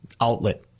outlet